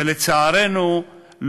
ולצערנו,